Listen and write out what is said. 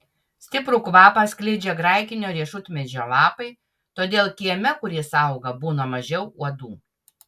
stiprų kvapą skleidžia graikinio riešutmedžio lapai todėl kieme kur jis auga būna mažiau uodų